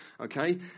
okay